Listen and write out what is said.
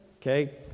okay